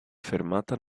fermata